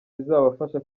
bizabafasha